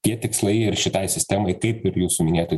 tie tikslai ir šitai sistemai kaip ir jūsų minėtoj